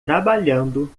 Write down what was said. trabalhando